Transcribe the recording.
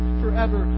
forever